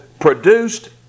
produced